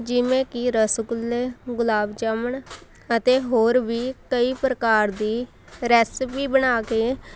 ਜਿਵੇਂ ਕਿ ਰਸਗੁੱਲੇ ਗੁਲਾਬ ਜਾਮਣ ਅਤੇ ਹੋਰ ਵੀ ਕਈ ਪ੍ਰਕਾਰ ਦੀ ਰੈਸਪੀ ਬਣਾ ਕੇ